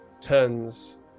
turns